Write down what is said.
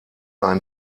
ein